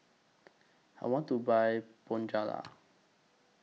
I want to Buy Bonjela